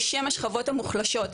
בשם השכבות המוחלשות,